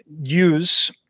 use